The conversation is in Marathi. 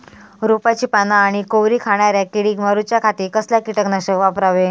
रोपाची पाना आनी कोवरी खाणाऱ्या किडीक मारूच्या खाती कसला किटकनाशक वापरावे?